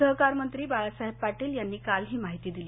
सहकारमंत्री बाळासाहेब पाटील यांनी काल ही माहिती दिली